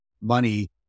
money